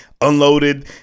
unloaded